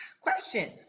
question